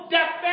Death